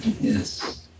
yes